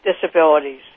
disabilities